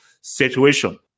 situation